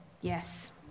Yes